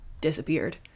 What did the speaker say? disappeared